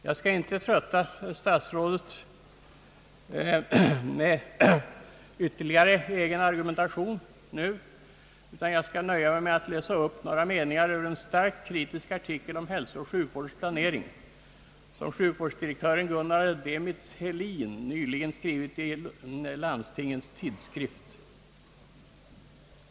Jag skall inte trötta statsrådet med ytterligare argumentation utan nöja mig med att läsa upp några meningar ur en starkt kritisk artikel om hälsooch sjukvårdens planering som sjukvårdsdirektören Gunnar Demitz-Helin nyligen skrivit i Landstingens tidskrift.